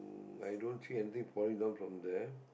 hmm i don't see anything falling down from there